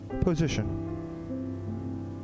position